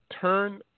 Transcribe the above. turn